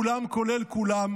כולם כולל כולם,